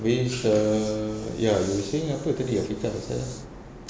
anyways uh ya you were saying apa tadi afikah pasal